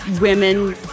women